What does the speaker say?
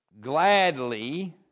gladly